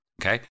okay